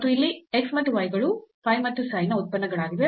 ಮತ್ತು ಇಲ್ಲಿ x ಮತ್ತು y ಗಳು phi ಮತ್ತು psi ನ ಉತ್ಪನ್ನಗಳಾಗಿವೆ